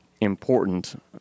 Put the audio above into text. important